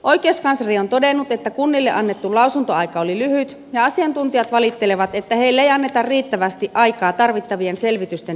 oikeuskansleri on todennut että kunnille annettu lausuntoaika oli lyhyt ja asiantuntijat valittelevat että heille ei anneta riittävästi aikaa tarvittavien selvitysten tekoon